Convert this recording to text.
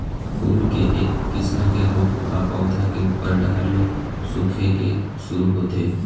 फूल के एक किसम के रोग ह पउधा के उप्पर डहर ले सूखे के शुरू होथे